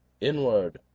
inward